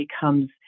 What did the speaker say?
becomes